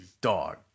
Dog